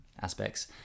aspects